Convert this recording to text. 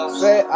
say